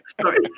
Sorry